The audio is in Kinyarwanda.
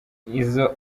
iyo